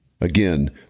Again